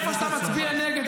-- איפה שאתה מצביע נגד,